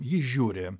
ji žiūri